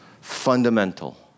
Fundamental